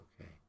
Okay